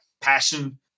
passion